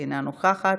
אינה נוכחת,